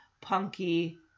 Punky